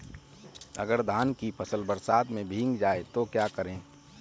अगर धान की फसल बरसात में भीग जाए तो क्या करें?